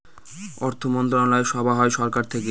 অর্থমন্ত্রণালয় সভা হয় সরকার থেকে